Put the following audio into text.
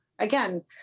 Again